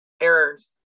errors